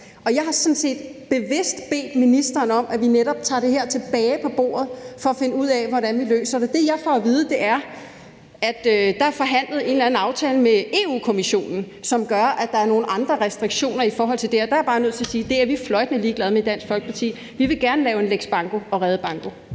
set bevidst bedt ministeren om, at vi tager det her tilbage på bordet for at finde ud af, hvordan vi løser det. Det, jeg får at vide, er, at der er forhandlet en eller anden aftale med Europa-Kommissionen, som gør, at der er nogle andre restriktioner i forhold til det. Der er jeg bare nødt til at sige: Det er vi fløjtende ligeglade med i Dansk Folkeparti. Vi vil gerne lave en lex banko og redde banko.